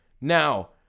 Now